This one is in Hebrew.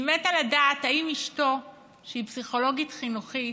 אני מתה לדעת אם אשתו, שהיא פסיכולוגית חינוכית,